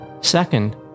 Second